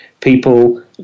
people